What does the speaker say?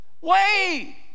wait